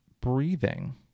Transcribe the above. breathing